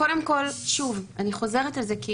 קודם כל, אני חוזרת על זה כי